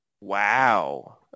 wow